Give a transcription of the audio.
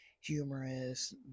humorous